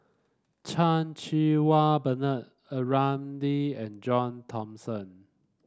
Chan Cheng Wah Bernard A Ramli and John Thomson